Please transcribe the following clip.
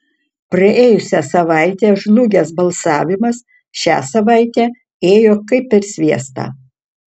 praėjusią savaitę žlugęs balsavimas šią savaitę ėjo kaip per sviestą